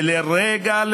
ולרגע,